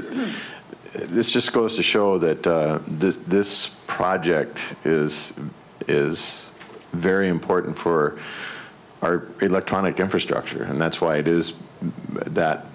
that this just goes to show that this project is is very important for our electronic infrastructure and that's why it is that